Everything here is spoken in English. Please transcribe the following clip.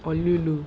what do you do